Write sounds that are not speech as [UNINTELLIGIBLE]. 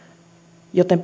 joten [UNINTELLIGIBLE]